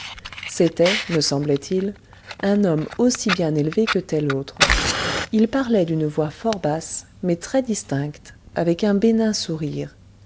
c'était me semblait-il un homme aussi bien élevé que tel autre il parlait d'une voix fort basse mais très distincte avec un bénin sourire